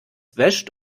wäscht